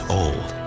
old